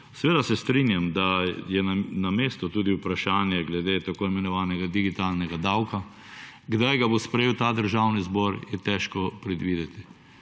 Seveda se strinjam, da je na mestu tudi vprašanje glede tako imenovanega digitalnega davka. Kdaj ga bo sprejel ta Državni zbor je težko predvideti.